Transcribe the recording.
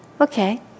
Okay